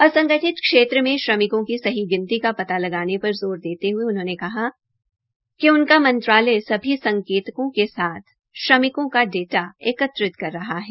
असंगठित क्षेत्र में श्रमिकों की सही गिनती का पता लगाने पर ज़ोर देते हये उन्होंने कहा कि उनका मंत्रालय सभी संकेतकों के साथ श्रमिकों का डाटा एकत्रित कर रहा है